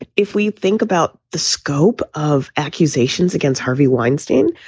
if we think about the scope of accusations against harvey weinstein,